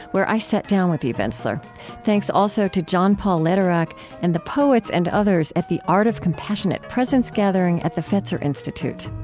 where i sat down with eve ensler thanks also to john paul lederach and the poets and others at the art of compassionate presence gathering at the fetzer institute